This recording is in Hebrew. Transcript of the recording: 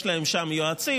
יש להם שם יועצים,